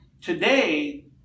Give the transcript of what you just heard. today